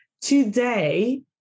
today